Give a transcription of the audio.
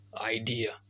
idea